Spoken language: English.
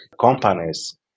companies